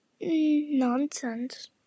nonsense